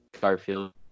Garfield